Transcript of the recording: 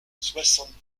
soixante